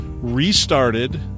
restarted